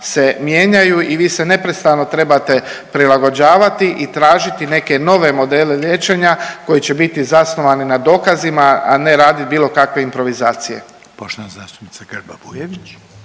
se mijenjaju i vi se neprestano trebate prilagođavati i tražiti neke nove modele liječenja koji će biti zasnovani na dokazima, a ne raditi bilo kakve improvizacije. **Reiner, Željko (HDZ)** Poštovana zastupnica Grba Bujević.